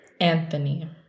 Anthony